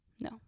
no